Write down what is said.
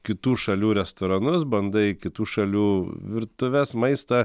kitų šalių restoranus bandai kitų šalių virtuves maistą